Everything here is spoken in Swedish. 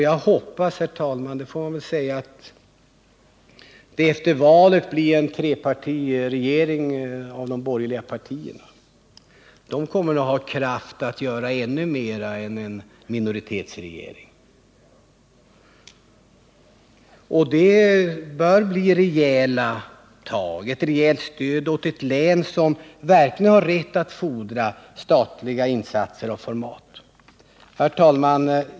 Jag hoppas, herr talman, att det efter valet blir en borgerlig trepartiregering. En sådan regering kommer att ha kraft att göra ännu mer än den borgerliga minoritetsregering vi nu har. Det bör framdeles bli rejäla tag, ett rejält stöd åt ett län som verkligen har rätt att fordra statliga insatser av format. Herr talman!